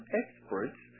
experts